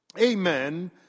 amen